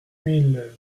mille